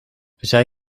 zij